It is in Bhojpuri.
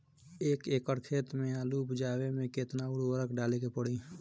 एक एकड़ खेत मे आलू उपजावे मे केतना उर्वरक डाले के पड़ी?